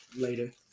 later